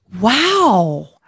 Wow